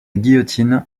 guillotine